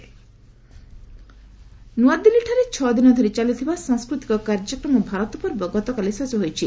ଭାରତ ପର୍ବ ନ୍ନଆଦିଲ୍ଲୀଠାରେ ଛଅ ଦିନଧରି ଚାଲିଥିବା ସାଂସ୍କୃତିକ କାର୍ଯ୍ୟକ୍ରମ ଭାରତପର୍ବ ଗତକାଲି ଶେଷ ହୋଇଛି